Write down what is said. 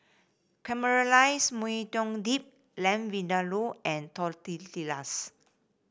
Caramelized Maui Dip Lamb Vindaloo and Tortillas